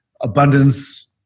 abundance